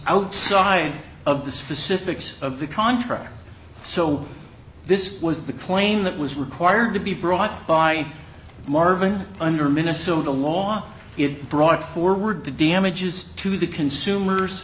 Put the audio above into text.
outside of the specifics of the contract so this was the claim that was required to be brought by marvin under minnesota law it brought forward the damages to the consumers